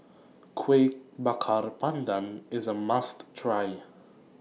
Kuih Bakar Pandan IS A must Try